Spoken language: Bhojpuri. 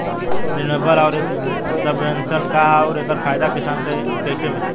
रिन्यूएबल आउर सबवेन्शन का ह आउर एकर फायदा किसान के कइसे मिली?